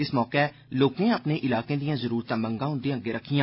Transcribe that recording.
इस मौके लोकें अपने इलाकें दियां जरुरतां मंगां उन्दे अग्गे रक्खियां